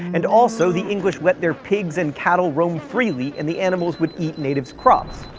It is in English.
and also the english let their pigs and cattle roam freely and the animals would eat natives' crops.